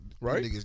right